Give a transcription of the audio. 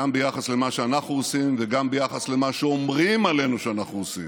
גם ביחס למה שאנחנו עושים וגם ביחס למה שאומרים עלינו שאנחנו עושים.